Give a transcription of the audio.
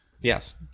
Yes